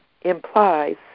implies